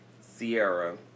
Sierra